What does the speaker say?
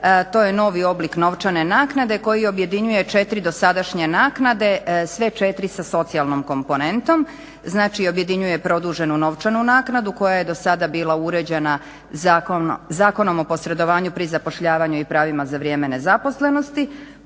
To je novi oblik novčane naknade koji objedinjuje 4 dosadašnje naknade, sve 4 sa socijalnom komponentom. Znači objedinjuje produženu novčanu naknadu koja je do sada bila uređena Zakonom o posredovanju pri zapošljavanju i pravima za vrijeme nezaposlenosti,